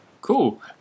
Cool